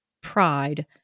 pride